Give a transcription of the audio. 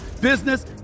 business